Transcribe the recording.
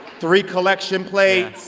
three collection plates.